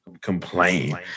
complain